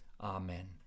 amen